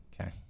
Okay